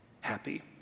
happy